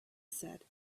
said